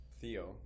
Theo